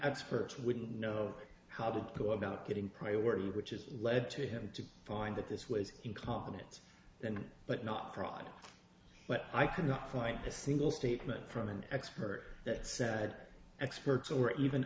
experts wouldn't know how to go about getting priority which is lead to him to find that this was incompetence then but not probably but i cannot find a single statement from an expert that said experts or even